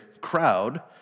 crowd